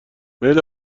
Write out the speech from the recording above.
میل